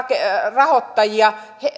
rahoittajia